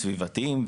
סביבתיים,